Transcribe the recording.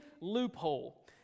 Loophole